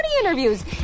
interviews